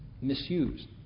misused